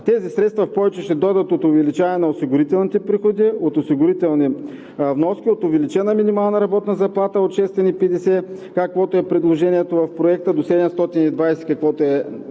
Тези средства в повече ще дойдат от увеличаване на осигурителните приходи, от осигурителни вноски, от увеличена минимална работна заплата от 650 лв., каквото е предложението в Проекта, до 720 лв., каквото е нашето предложение,